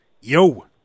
Yo